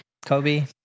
Kobe